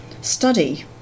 study